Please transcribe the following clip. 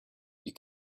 you